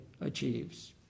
achieves